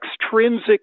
extrinsic